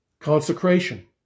consecration